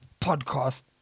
podcast